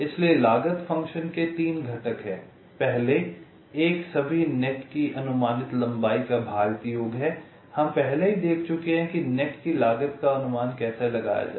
इसलिए लागत फ़ंक्शन के 3 घटक हैं पहले एक सभी नेट की अनुमानित लंबाई का भारित योग है हम पहले ही देख चुके हैं कि नेट की लागत का अनुमान कैसे लगाया जाए